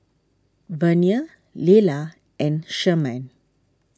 Vernia Lela and Sherman